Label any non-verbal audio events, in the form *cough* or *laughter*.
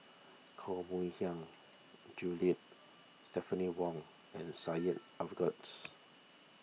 Koh Mui Hiang Julie Stephanie Wong and Syed *noise* *unintelligible*